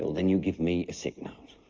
then you give me a sick note,